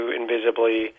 invisibly